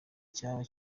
icyaba